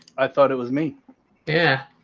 i thought it was me yeah